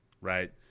right